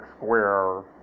square